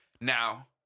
Now